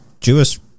Jewish